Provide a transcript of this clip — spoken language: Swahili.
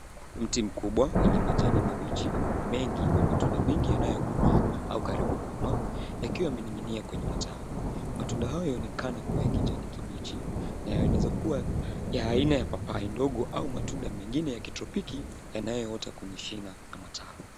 Mti mkubwa wenye majani mabichi mengi na matunda mengi yanayokomaa karibu kukomaa, yakiwa yamening'inia kwenye matawi. Matunda hayo yaonekana kuwa ya kijani kibichi na yanaweza kuwa ya aina ya papai ndogo au matunda mengine ya kitropiki yanayoota kwenye shina na matawi.